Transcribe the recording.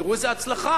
תראו איזה הצלחה.